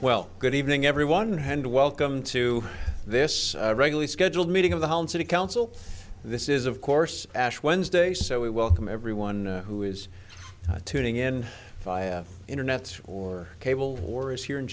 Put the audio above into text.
well good evening everyone hand welcome to this regularly scheduled meeting of the whole city council this is of course ash wednesday so we welcome everyone who is tuning in via internet or cable or is here in